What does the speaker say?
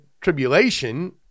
tribulation